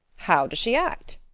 how does she act?